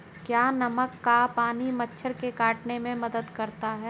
क्या नमक का पानी मच्छर के काटने में मदद करता है?